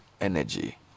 energy